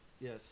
Yes